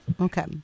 Okay